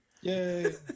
Yay